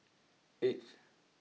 eighth